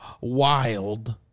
wild